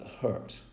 hurt